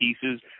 pieces